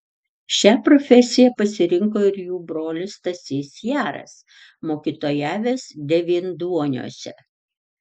šią profesiją pasirinko ir jų brolis stasys jaras mokytojavęs devynduoniuose